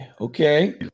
okay